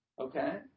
Okay